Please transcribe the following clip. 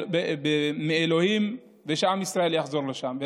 וכפרה מאלוהים ושעם ישראל יחזור לשם.